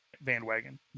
bandwagon